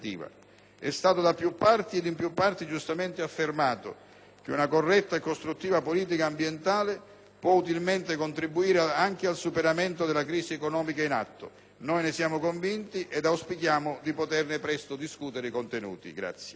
È stato da più parti ed in più parti giustamente affermato che una corretta e costruttiva politica ambientale può utilmente contribuire anche al superamento della crisi economica in atto. Noi ne siamo convinti ed auspichiamo di poterne presto discutere i contenuti.